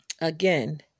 Again